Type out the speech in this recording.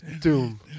Doom